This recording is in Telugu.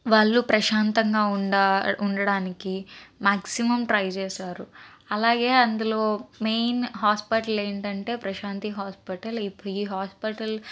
వాళ్ళు ప్రశాంతంగా ఉండా ఉండడానికి మ్యాక్సిమం ట్రై చేసారు అలాగే అందులో మెయిన్ హాస్పటల్ ఏంటంటే ప్రశాంతి హాస్పటల్ ఇప్పుడు ఈ హాస్పటల్